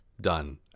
done